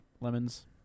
lemons